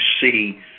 see